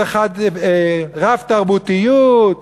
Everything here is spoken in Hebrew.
רב-תרבותיות,